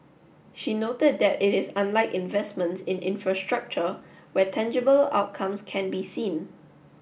she noted that it is unlike investments in infrastructure where tangible outcomes can be seen